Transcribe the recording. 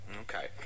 Okay